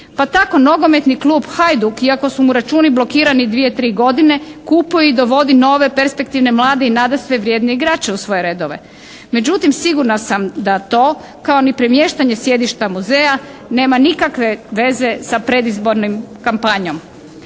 pa tako nogometni klub "Hajduk" iako su mu računi blokirani dvije, tri godine kupuje i dovodi nove perspektivne mlade i nadasve vrijedne igrače u svoje redove. Međutim, sigurna sam da to kao ni premještanje sjedišta muzeja nema nikakve veze sa predizbornom kampanjom.